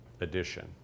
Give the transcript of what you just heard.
edition